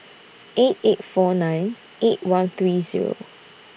eight eight four nine eight one three Zero